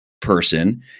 person